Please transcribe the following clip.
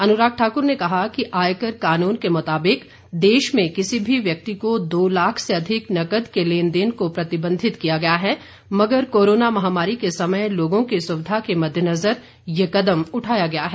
अनुराग ठाक्र ने कहा कि आयकर कानून के मुताबिक देश में किसी भी व्यक्ति को दो लाख से अधिक नकद के लेनदेन को प्रतिबंधित किया गया है मगर कोरोना महामारी के समय लोगों की सुविधा के मद्देनज़र यह कदम उठाया गया है